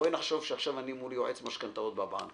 בואי נחשוב שעכשיו אני מול יועץ משכנתאות בבנק.